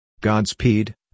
Godspeed